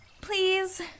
Please